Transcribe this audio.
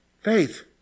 Faith